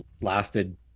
lasted